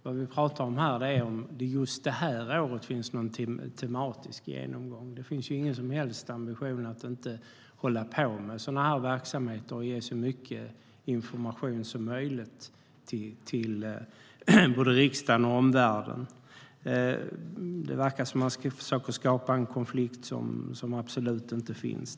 Vad vi pratar om här är att det just det här året inte finns någon tematisk genomgång. Det finns ingen som helst ambition att hålla på med verksamheter där man inte lämnar så mycket information som möjligt till både riksdagen och omvärlden. Det verkar som att man försöker skapa en konflikt som absolut inte finns.